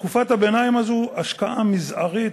תקופת הביניים הזאת, השקעה מזערית.